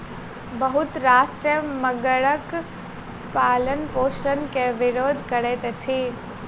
बहुत राष्ट्र मगरक पालनपोषण के विरोध करैत अछि